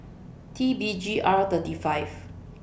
T B G R thirty five